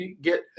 get